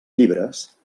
llibres